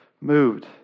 moved